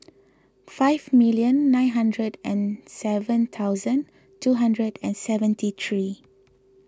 five million nine hundred and seven thousand two hundred and seventy three